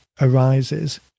arises